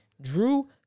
drew